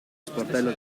sportello